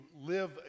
live